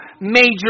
major